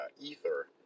ether